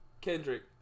Kendrick